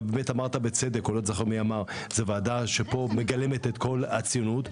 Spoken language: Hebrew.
נאמר בצדק שזה מגלם את הציונות.